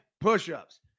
push-ups